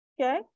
Okay